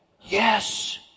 Yes